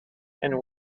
and